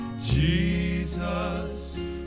Jesus